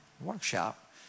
Workshop